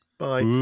bye